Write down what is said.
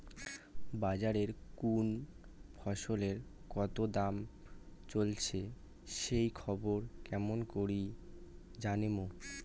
বাজারে কুন ফসলের কতো দাম চলেসে সেই খবর কেমন করি জানীমু?